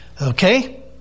Okay